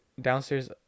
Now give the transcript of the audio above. downstairs